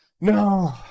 No